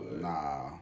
nah